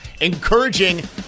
encouraging